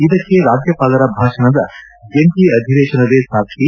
ಇದಕ್ಕೆ ರಾಜ್ಯಪಾಲರ ಭಾಷಣದ ಜಂಟ ಅಧಿವೇಶನವೇ ಸಾಕ್ಷಿ